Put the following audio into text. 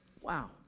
Wow